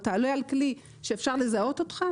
אתה עולה על כלי שאפשר לזהות אותך,